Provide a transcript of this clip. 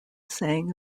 saying